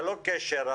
ללא קשר,